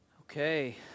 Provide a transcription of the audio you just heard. Okay